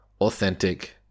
authentic